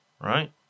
right